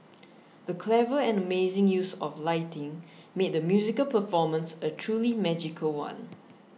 the clever and amazing use of lighting made the musical performance a truly magical one